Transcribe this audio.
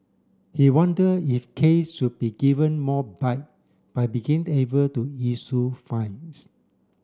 he wonder if Case should be given more bite by begin able to issue fines